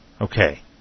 Okay